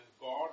God